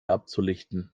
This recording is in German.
abzulichten